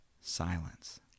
silence